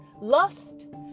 lust